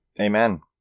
Amen